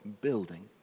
building